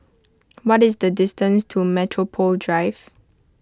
what is the distance to Metropole Drive